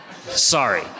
Sorry